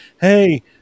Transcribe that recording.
hey